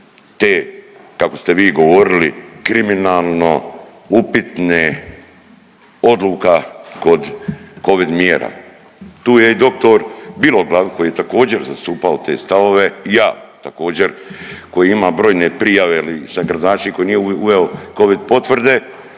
te kako ste vi govorili kriminalno-upitne odluka kod covid mjera. Tu je i dr. Biloglav koji je također zastupao te stavove i ja također koji imam brojne prijave je li sam gradonačelnik koji nije uveo covid potvrde